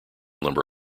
number